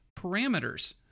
parameters